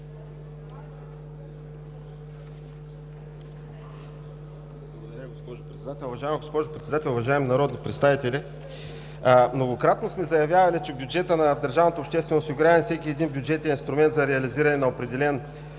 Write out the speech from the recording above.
Благодаря, госпожо Председател. Уважаема госпожо Председател, уважаеми народни представители! Многократно сме заявявали, че бюджетът на държавното обществено осигуряване, като всеки един, е бюджетен инструмент за реализиране на определен